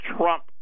Trump